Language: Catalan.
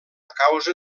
causa